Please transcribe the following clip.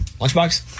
Lunchbox